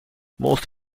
most